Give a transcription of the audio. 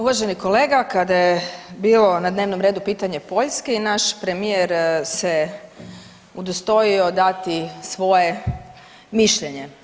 Uvaženi kolega kada je bilo na dnevnom redu pitanje Poljske i naš premijer se udostojio dati svoje mišljenje.